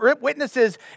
witnesses